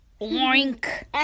Oink